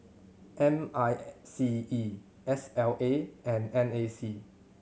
M I C E S L A and N A C